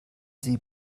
sie